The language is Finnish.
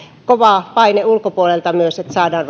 on kova paine myös ulkopuolelta että saadaan